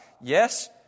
Yes